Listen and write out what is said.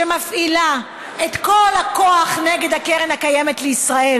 שמפעילה את כל הכוח נגד הקרן הקיימת לישראל,